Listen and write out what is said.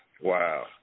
Wow